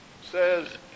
Says